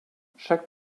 chaque